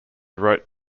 wrote